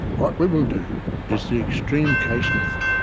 what we will do is the extreme case method,